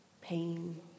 Pain